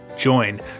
join